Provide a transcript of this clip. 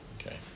Okay